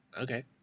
Okay